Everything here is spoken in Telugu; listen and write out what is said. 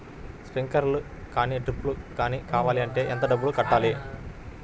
స్ప్రింక్లర్ కానీ డ్రిప్లు కాని కావాలి అంటే ఎంత డబ్బులు కట్టాలి?